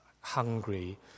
hungry